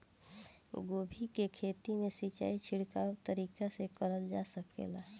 गोभी के खेती में सिचाई छिड़काव तरीका से क़रल जा सकेला?